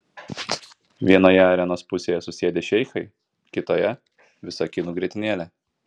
vienoje arenos pusėje susėdę šeichai kitoje visa kinų grietinėlė